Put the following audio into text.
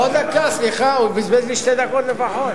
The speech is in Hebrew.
לא דקה, הוא בזבז לי שתי דקות לפחות.